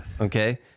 Okay